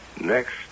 next